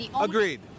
Agreed